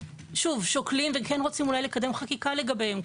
שוקלים ואולי רוצים לקדם חקיקה לגביהם,